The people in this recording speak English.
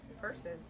person